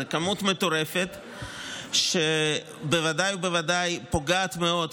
זו כמות מטורפת שבוודאי ובוודאי פוגעת מאוד בסביבה,